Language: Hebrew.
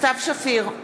סתיו שפיר,